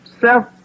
self